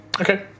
okay